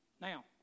Now